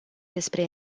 despre